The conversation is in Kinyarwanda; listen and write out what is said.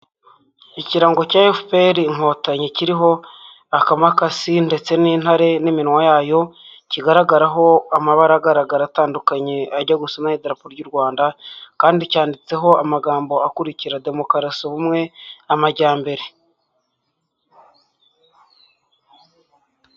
Ikirango cya FPR inkotanyi kiriho akamakasi ndetse n'intare n'iminwa yayo kigaragaraho amabara agaragara atandukanye ajya gusa n'ay'idarapo ry'u Rwanda kandi cyanditseho amagambo akurikira, demokarasi, ubumwe, amajyambere.